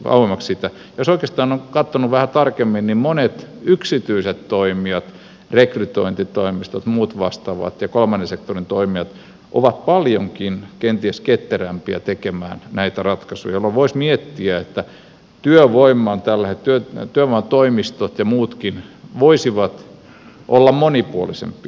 jos oikeastaan on katsonut vähän tarkemmin niin monet yksityiset toimijat rekrytointitoimistot muut vastaavat ja kolmannen sektorin toimijat ovat paljonkin kenties ketterämpiä tekemään näitä ratkaisuja jolloin voisi miettiä että työvoimatoimistot ja muutkin voisivat olla monipuolisempia